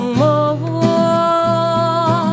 more